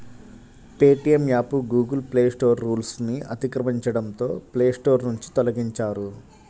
Paytm app Google Play Store రూల్స్ను అతిక్రమించడంతో Play Store నుంచి తొలగించారు